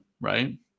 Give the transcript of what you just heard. right